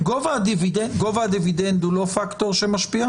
גובה הדיבידנד הוא לא פקטור שמשפיע?